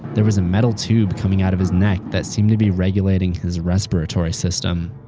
there was a metal tube coming out of his neck that seemed to be regulating his respiratory system.